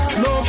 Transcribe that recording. no